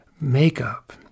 makeup